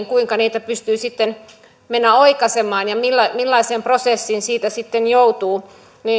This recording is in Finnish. kuinka niitä voi sitten mennä oikaisemaan ja millaiseen prosessiin siitä sitten joutuu